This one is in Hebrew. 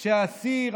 כשאסיר,